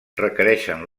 requereixen